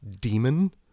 Demon